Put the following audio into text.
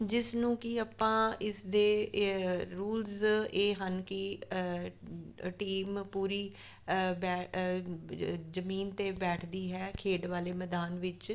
ਜਿਸ ਨੂੰ ਕਿ ਆਪਾਂ ਇਸ ਦੇ ਰੂਲਸ ਇਹ ਹਨ ਕਿ ਅ ਟੀਮ ਪੂਰੀ ਬੈ ਜਮੀਨ 'ਤੇ ਬੈਠਦੀ ਹੈ ਖੇਡ ਵਾਲੇ ਮੈਦਾਨ ਵਿੱਚ